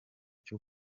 cyo